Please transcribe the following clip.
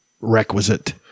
requisite